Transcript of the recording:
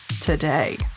today